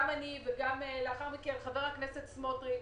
גם אני וגם לאחר מכן חבר הכנסת סמוטריץ.